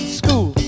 school